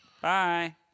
Bye